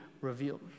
revealed